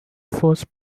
force